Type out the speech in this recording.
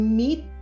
meet